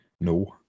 No